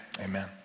amen